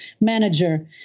manager